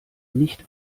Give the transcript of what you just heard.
nicht